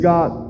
God